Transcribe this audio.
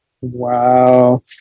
Wow